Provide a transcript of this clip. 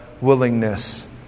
willingness